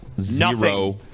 Zero